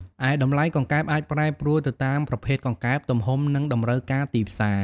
ឯតម្លៃកង្កែបអាចប្រែប្រួលទៅតាមប្រភេទកង្កែប ទំហំ និងតម្រូវការទីផ្សារ។